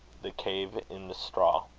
the cave in the straw.